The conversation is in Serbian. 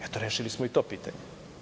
Eto rešili smo i to pitanje.